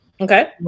Okay